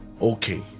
Okay